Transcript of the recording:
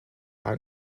are